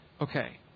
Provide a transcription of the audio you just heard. okay